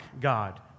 God